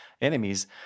enemies